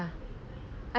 I